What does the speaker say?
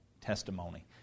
testimony